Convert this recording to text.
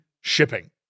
shipping